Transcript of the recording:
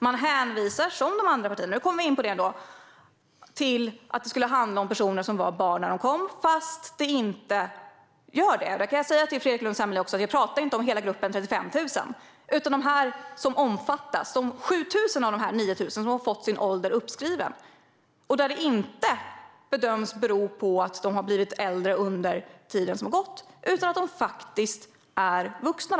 Man hänvisar, precis som de andra partierna - nu kom vi in på detta ändå - att det skulle handla om personer som var barn när de kom fastän det inte gör det. Jag kan också säga till Fredrik Lundh Sammeli att jag inte talar om hela gruppen om 35 000 utan om de 7 000 av de 9 000 som har fått sin ålder uppskriven. Där handlar det inte om att de bedöms ha blivit äldre under den tid som gått utan att de faktiskt är vuxna.